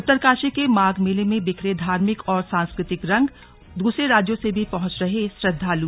उत्तरकाशी के माघ मेले में बिखरे धार्मिक और सांस्कृतिक रंगदूसरे राज्यों से भी पहुंच रहे श्रद्वालु